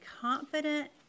confident